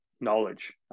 knowledge